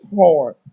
hard